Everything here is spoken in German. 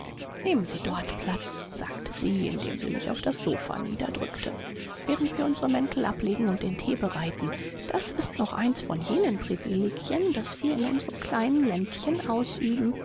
nehmen sie dort platz sagte sie indem sie mich auf das sofa niederdrückte während wir unsere mäntel ablegen und den thee bereiten das ist noch eins von jenen privilegien das wir in unserem kleinen ländchen ausüben